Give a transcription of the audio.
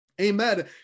Amen